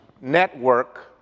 network